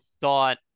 thought